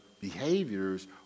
behaviors